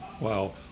wow